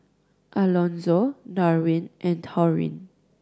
Alonzo Darwyn and Taurean